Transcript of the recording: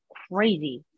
crazy